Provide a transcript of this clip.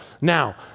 now